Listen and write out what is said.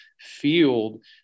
field